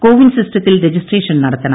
കോവിൻ സിസ്റ്റത്തിൽ രജിസ്ട്രേഷൻ നടത്തണം